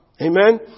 Amen